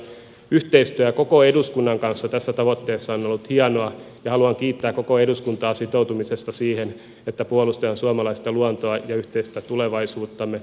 yhteistyö koko eduskunnan kanssa tässä tavoitteessa on ollut hienoa ja haluan kiittää koko eduskuntaa sitoutumisesta siihen että puolustetaan suomalaista luontoa ja yhteistä tulevaisuuttamme